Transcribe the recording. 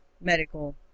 medical